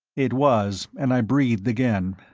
it was, and i breathed again.